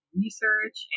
research